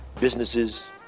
businesses